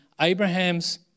Abraham's